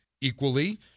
equally